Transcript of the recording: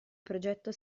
progetto